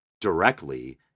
directly